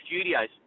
Studios